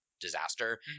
disaster